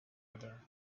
other